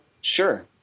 Sure